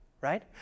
right